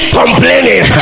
complaining